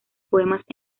poemas